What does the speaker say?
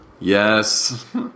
Yes